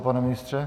Pane ministře?